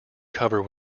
cover